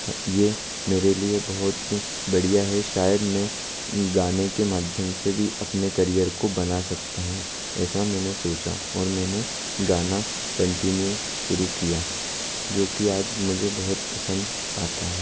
हाँ ये मेरे लिए बहुत बढ़िया है शायद मैं गाने के माध्यम से भी अपने करियर को बना सकता हूँ ऐसा मैंने सोचा और मैंने गाना कंटिन्यू शुरू किया जो कि आज मुझे बहुत पसंद आता है